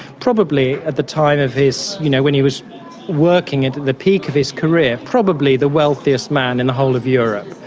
probably at the time of his you know when he was working at the peak of his career probably the wealthiest man in the whole of europe,